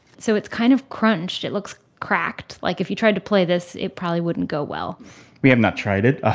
so, it's kind of crunched, it looks cracked. like, if you tried to play this, it probably wouldn't go well we have not tried it, ah